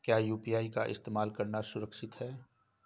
क्या यू.पी.आई का इस्तेमाल करना सुरक्षित है?